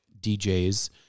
DJs